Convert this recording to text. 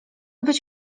być